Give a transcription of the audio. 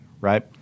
Right